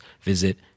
visit